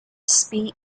spa